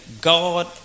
God